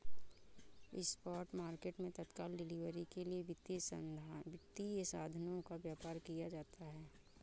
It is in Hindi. स्पॉट मार्केट मैं तत्काल डिलीवरी के लिए वित्तीय साधनों का व्यापार किया जाता है